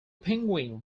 penguin